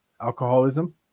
alcoholism